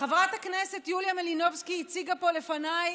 חברת הכנסת יוליה מלינובסקי הציגה פה לפניי